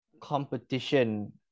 competition